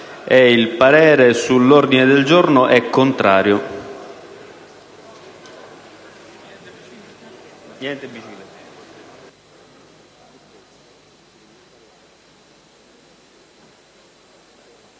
il parere sull'ordine del giorno G2.100 è contrario.